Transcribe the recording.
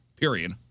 period